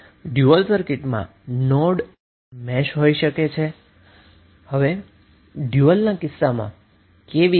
dual સર્કિટમાં node એ mesh થાય છે સિરિઝ પાથ એ પરેલલ પાથમા રૂપાંતરિત થાય છે જેની આપણે હમણા જ ચર્ચા કરી